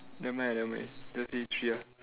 never mind lah never mind just say three ah